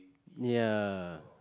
ya